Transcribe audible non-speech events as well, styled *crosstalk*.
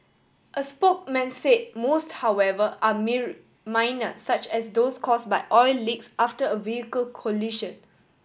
a spokesman said most however are *unintelligible* minor such as those caused by oil leaks after a vehicle collision